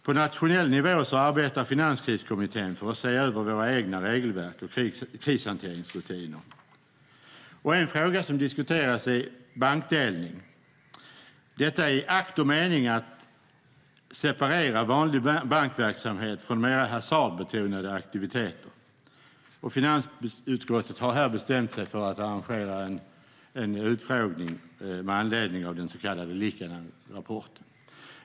På nationell nivå arbetar Finanskriskommittén för att se över våra egna regelverk och krishanteringsrutiner. En fråga som diskuteras är bankdelning, detta i akt och mening att separera vanlig bankverksamhet från mer hasardbetonade aktiviteter. Finansutskottet har här bestämt sig för att arrangera en utfrågning med anledning av den så kallade Liikanenrapporten.